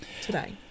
today